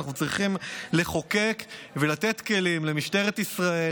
אנחנו צריכים לחוקק ולתת כלים למשטרת ישראל